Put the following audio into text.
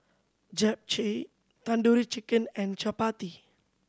Japchae Tandoori Chicken and Chapati